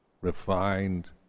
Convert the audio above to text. refined